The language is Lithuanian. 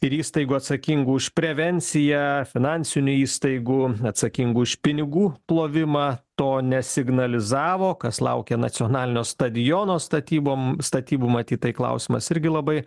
ir įstaigų atsakingų už prevenciją finansinių įstaigų atsakingų už pinigų plovimą to nesignalizavo kas laukia nacionalinio stadiono statybom statybų matyt tai klausimas irgi labai